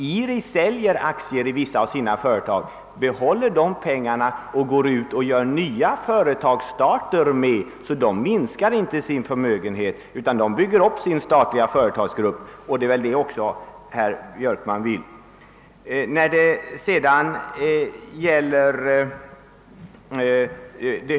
IRI säljer aktier i vissa av sina företag, behåller pengarna och startar nya företag, så IRI minskar allt så inte sin förmögenhet utan bygger upp sin statliga företagsgrupp. Det är väl också vad herr Björkman vill.